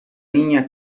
niña